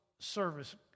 service